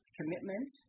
commitment